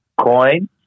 coin